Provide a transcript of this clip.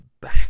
back